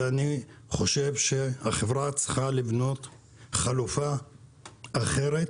אני חושב שהחברה צריכה לבנות חלופה אחרת